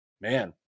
man